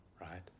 right